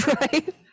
Right